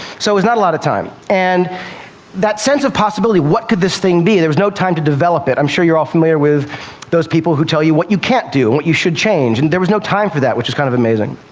so it was not a lot of time. and that sense of possibility, what could this thing be? there was no time to develop it. i'm sure you're all familiar with those people who tell you what you can't do and what you should change. and there was no time for that, which is kind of amazing.